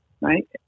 Right